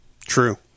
True